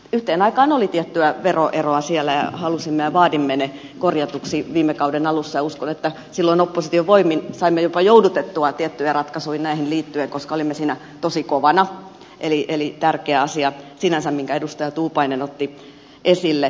yhteen aikaan oli tiettyä veroeroa siellä ja halusimme ja vaadimme ne korjatuiksi viime kauden alussa ja uskon että silloin opposition voimin saimme jopa joudutettua tiettyjä ratkaisuja näihin liittyen koska olimme siinä tosi kovana eli on tärkeä asia sinänsä minkä edustaja tuupainen otti esille